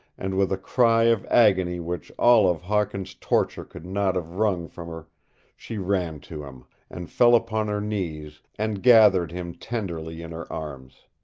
and with a cry of agony which all of hawkin's torture could not have wrung from her she ran to him, and fell upon her knees, and gathered him tenderly in her arms.